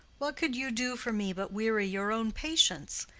what could you do for me but weary your own patience?